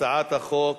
הצעת החוק